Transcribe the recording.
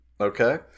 okay